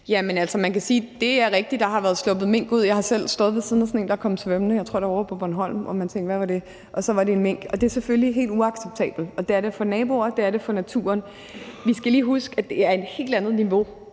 se. Altså, man kan sige, at det er rigtigt, at der har været sluppet mink ud. Jeg har selv stået ved siden af sådan en, der kom svømmende – jeg tror, det var ovre på Bornholm – hvor jeg tænkte: Hvad var det? Og det var så en mink. Og det er selvfølgelig helt uacceptabelt, og det er det for naboerne, og det er det for naturen. Men vi skal lige huske, at det er et helt andet niveau,